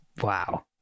Wow